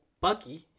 Bucky